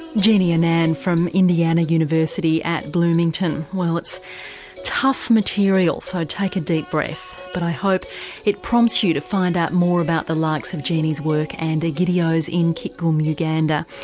jeannie annan from indiana university at bloomington. well it's tough material so take a deep breath, but i hope it prompts you to find out more about the likes of jeannie's work and egidio's in kitgum, uganda.